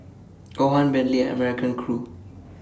Johan Bentley and American Crew